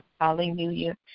hallelujah